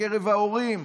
בקרב ההורים,